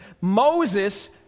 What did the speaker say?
Moses